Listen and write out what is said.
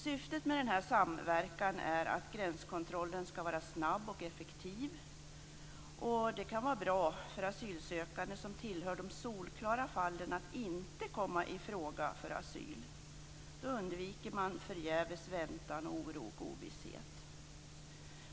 Syftet med denna samverkan är att gränskontrollen skall vara snabb och effektiv. Det kan vara bra för asylsökande som tillhör de solklara fall som inte kan komma i fråga för asyl. Då undviker man förgäves väntan, oro och ovisshet.